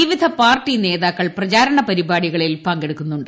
വിവിധ പാർട്ടി നേതാക്കൾ പ്രചാരണ പരിപാടികളിൽ പങ്കെടുക്കുന്നുണ്ട്